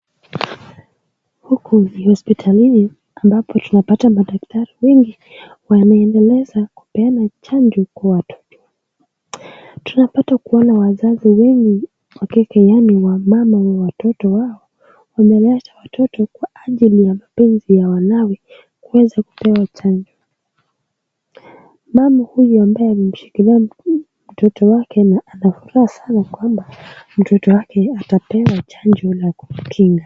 Huku hospitalini ambapo tunapata madaktari wengi wanaendeleza kupeana chanjo kwa watoto. Tunapata kuona wazazi wengi wakike yaani wa mama wa watoto wao wameleta watoto kwa ajili ya mapenzi ya wanawe kuweza kupewa chanjo. Mama huyu ambaye amemshikilia mtoto wake na ana furaha sana kwamba mtoto wake atapewa chanjo la kumkinga.